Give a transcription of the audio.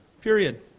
Period